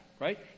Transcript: right